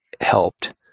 helped